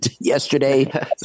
yesterday